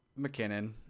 McKinnon